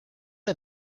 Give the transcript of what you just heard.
are